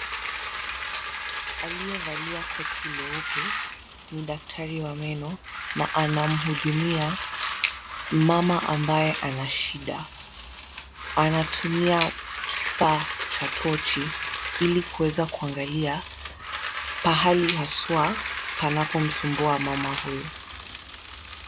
Aliyevalia koti leupe ni daktari wa meno na anamhudumia mama ambaye ana shida. Anatumia kifaa cha tochi ili kuweza kuangalia pahali haswa panapomsumbua mama huyu.